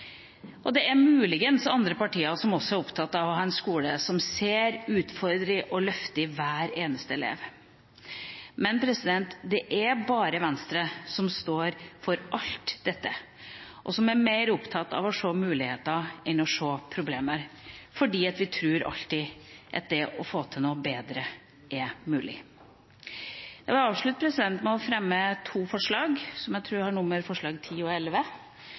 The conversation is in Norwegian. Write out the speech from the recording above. Og det er muligens andre partier som også er opptatt av å ha en skole som ser utfordringene og løfter hver eneste elev. Men det er bare Venstre som står for alt dette, og som er mer opptatt av å se muligheter enn å se problemer, fordi vi alltid tror at det å få til noe bedre er mulig. Jeg vil avslutte med å fremme to forslag, nr. 10 og nr. 11, som er et primært og et subsidiært forslag som vi håper å få støtte for, og